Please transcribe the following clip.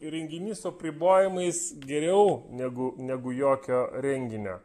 renginys su apribojimais geriau negu negu jokio renginio